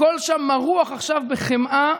הכול שם מרוח עכשיו בחמאה.